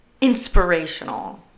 inspirational